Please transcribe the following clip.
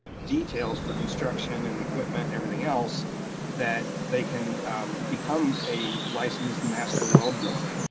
details for construction and equipment and everything else that they can become a licensed master well driller.